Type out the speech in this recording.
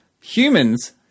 Humans